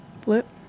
Flip